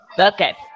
Okay